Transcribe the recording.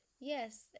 yes